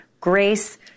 Grace